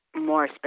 more